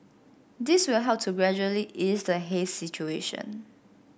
this will help to gradually ease the haze situation